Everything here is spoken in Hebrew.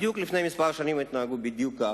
לפני כמה שנים הם התנהגו בדיוק ככה,